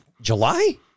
July